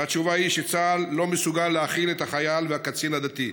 והתשובה היא שצה"ל לא מסוגל להכיל את החייל והקצין הדתיים.